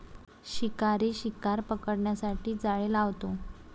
शिकारी शिकार पकडण्यासाठी जाळे लावतो